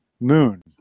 Moon